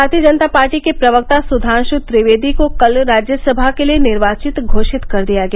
भारतीय जनता पार्टी के प्रवक्ता सुवांशु त्रिवेदी को कल राज्यसभा के लिये निर्वाचित घोषित कर दिया गया